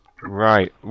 Right